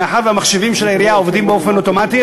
מאחר שהמחשבים של העירייה עובדים באופן אוטומטי,